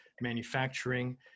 manufacturing